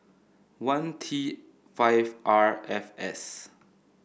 one T five R F S